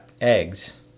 eggs